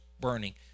burning